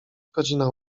godzina